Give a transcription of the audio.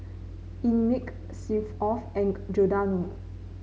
Einmilk Smirnoff and Giordano